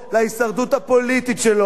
להישרדות הפוליטית שלו,